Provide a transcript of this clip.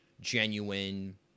genuine